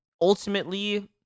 ultimately